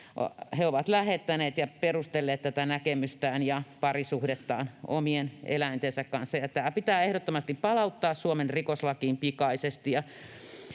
he ovat lähettäneet ja perustelleet tätä näkemystään ja parisuhdettaan omien eläintensä kanssa. Tämä pitää ehdottomasti palauttaa Suomen rikoslakiin pikaisesti.